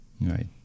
right